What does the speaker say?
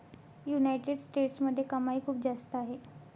United स्टेट्समध्ये कमाई खूप जास्त आहे